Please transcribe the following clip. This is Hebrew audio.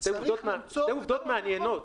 צריך למצוא -- שתי עובדות מעניינות: